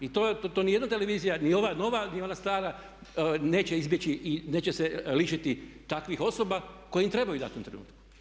I to ni jedna televizija ni ova nova, ni ona stara neće izbjeći i neće se lišiti takvih osoba koje im trebaju u datom trenutku.